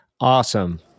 Awesome